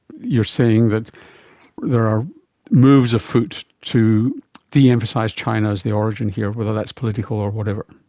you're saying that there are moves afoot to deemphasise china as the origin here, whether that's political or whatever.